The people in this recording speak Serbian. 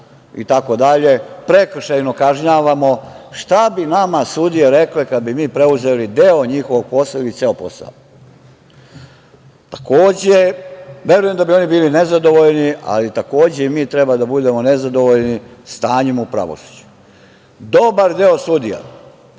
itd, prekršajno kažnjavamo. Šta bi nama sudije rekle kada bi mi preuzeli deo njihovog posla ili ceo posao? Takođe, verujem da bi oni bili nezadovoljni, ali i mi treba da budemo nezadovoljni stanjem u pravosuđu. Dobar deo sudija